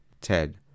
Ted